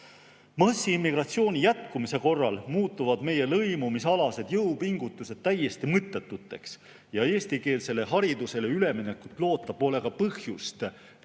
Massiimmigratsiooni jätkumise korral muutuvad meie lõimumisalased jõupingutused täiesti mõttetuks ja eestikeelsele haridusele üleminekut loota pole ka põhjust. Me